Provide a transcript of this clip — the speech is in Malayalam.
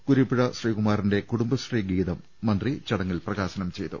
കുരീപ്പുഴ ശ്രീകുമാറിന്റെ കുടുംബശ്രീ ഗീതം മന്ത്രി ചടങ്ങിൽ പ്രകാശനം ചെയ്തു